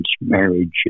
marriage